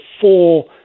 four